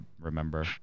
remember